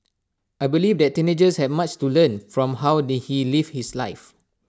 I believe that teenagers have much to learn from how did he live his life